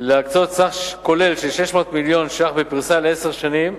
להקצות סך כולל של 600 מיליון שקלים בפריסה לעשר שנים,